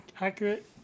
accurate